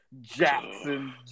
Jackson